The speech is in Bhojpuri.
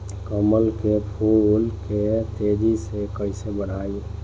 कमल के फूल के तेजी से कइसे बढ़ाई?